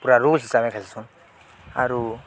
ପୁରା ରୋଷ ଆରୁ